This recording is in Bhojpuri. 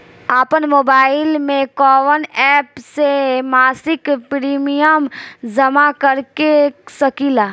आपनमोबाइल में कवन एप से मासिक प्रिमियम जमा कर सकिले?